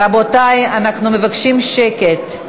רבותי, אנחנו מבקשים שקט.